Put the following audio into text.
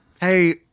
hey